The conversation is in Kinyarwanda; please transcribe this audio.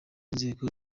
inzego